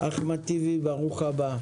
אחמד טיבי, ברוך הבא.